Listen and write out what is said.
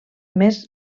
més